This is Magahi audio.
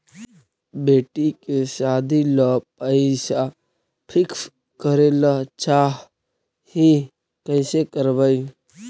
बेटि के सादी ल पैसा फिक्स करे ल चाह ही कैसे करबइ?